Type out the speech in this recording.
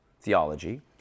theology